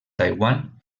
taiwan